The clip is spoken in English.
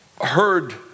heard